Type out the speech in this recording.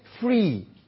free